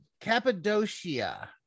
Cappadocia